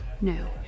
No